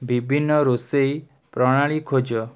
ବିଭିନ୍ନ ରୋଷେଇ ପ୍ରଣାଳୀ ଖୋଜ